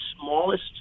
smallest